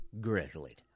Grizzly